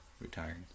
retired